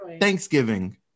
thanksgiving